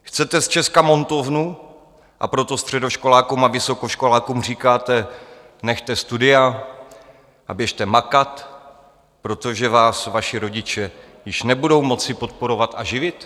Chcete z Česka montovnu, a proto středoškolákům a vysokoškolákům říkáte: Nechte studia a běžte makat, protože vás vaši rodiče již nebudou moci podporovat a živit?